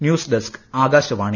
news desk Akashvani